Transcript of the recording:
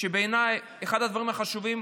שבעיניי הם אחד הדברים החשובים